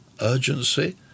urgency